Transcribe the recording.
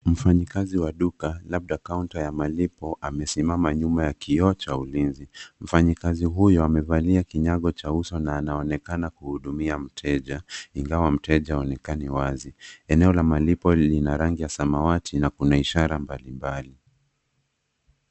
Mfanyikazi wa duka labda kaunta ya mipo amesimama nyuma ya kioo cha ulinzi. Mfanyikazi huyo amevalia kinyago cha uso na anaonekana kuhudumia mteja, ingawa mteja haonekani wazi. Eneo la malipo lina rangi ya samawati na kuna ishara mbalimbali.